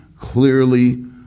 clearly